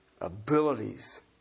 abilities